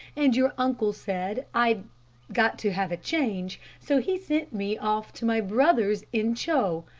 and your uncle said i'd got to have a change, so he sent me off to my brother's in ch o.